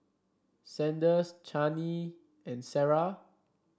Sanders Chaney and Sarrah